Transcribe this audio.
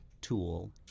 tool